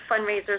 fundraisers